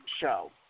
show